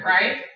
right